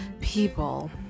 people